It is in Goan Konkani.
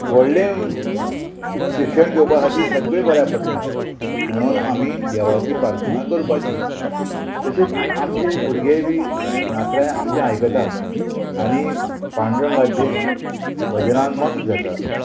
व्हडलें शिक्षण घेवपा खातीर सगळीं बऱ्याक पडटा म्हणून आमी देवाची प्रार्थना करपाची तशेंच आमचे भुरगे बी नातरांय आमचे आयकतात आनी पांढुरंगाचे भजनांक मंग जातात